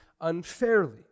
unfairly